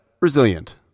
resilient